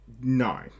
No